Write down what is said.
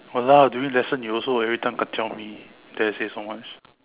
!walao! during lesson you also every time kacau me dare say so much